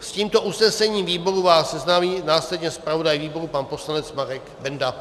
S tímto usnesením výboru vás seznámí následně zpravodaj výboru pan poslanec Marek Benda.